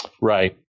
Right